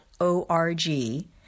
O-R-G